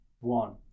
one